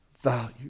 value